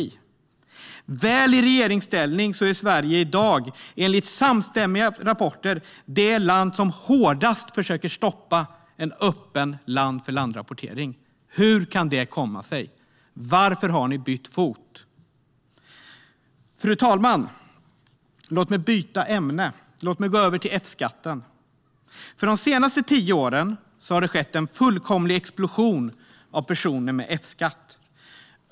Med dessa partier väl i regeringsställning är Sverige i dag enligt samstämmiga rapporter det land som hårdast försöker stoppa en öppen land-för-land-rapportering. Hur kan det komma sig? Varför har ni bytt fot? Fru talman! Låt mig byta ämne - låt mig gå över till F-skatten. De senaste tio åren har det skett en fullkomlig explosion av personer med F-skatt.